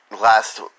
last